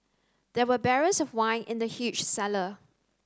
there were barrels of wine in the huge cellar